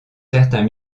certains